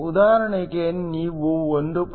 ಉದಾಹರಣೆಗೆ ನೀವು 1